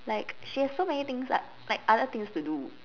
like she has so many things up like other things to do